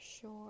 sure